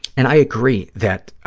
and i agree that